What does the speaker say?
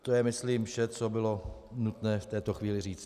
To je, myslím, vše, co bylo nutné v této chvíli říci.